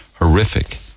horrific